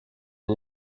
ihn